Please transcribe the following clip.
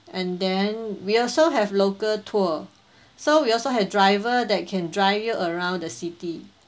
and then we also have local tour so we also had driver that can drive you around the city